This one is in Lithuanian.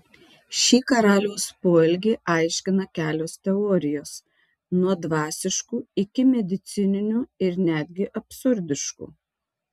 šį karaliaus poelgį aiškina kelios teorijos nuo dvasiškų iki medicininių ir netgi absurdiškų